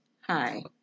Hi